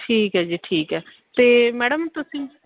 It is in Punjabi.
ਠੀਕ ਹੈ ਜੀ ਠੀਕ ਹੈ ਅਤੇ ਮੈਡਮ ਤੁਸੀਂ